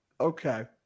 Okay